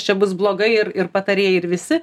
čia bus blogai ir ir patarėjai ir visi